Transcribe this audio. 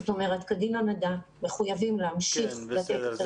זאת אומרת "קדימה מדע" מחויבים להמשיך את השירות כמו שהוא היה.